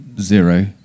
zero